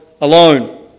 alone